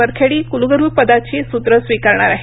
वरखेडी कुलगुरूपदाची सूत्र स्वीकारणार आहेत